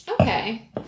Okay